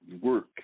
work